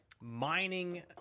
mining